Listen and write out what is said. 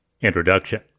INTRODUCTION